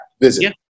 visit